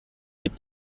gibt